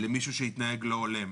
למישהו שהתנהג באופן לא הולם.